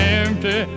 empty